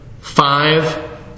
five